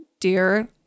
dear